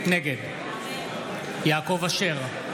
נגד יעקב אשר,